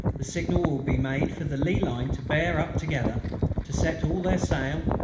the signal will be made for the lee line to bear up together to set all their sail,